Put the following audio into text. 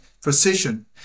precision